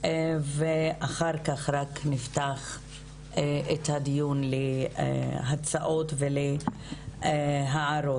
ולאחר מכן נפתח את הדיון להצעות ולהערות.